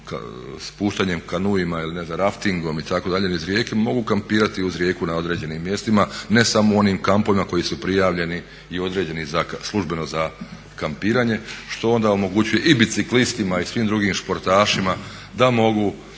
spuštanjem kanuima ili ne znam raftingom itd. niz rijeke mogu kampirati uz rijeku na određenim mjestima ne samo u onim kampovima koji su prijavljeni i određeni službeno za kampiranje što onda omogućuje i biciklistima i svim drugim športašima da mogu